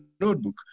notebook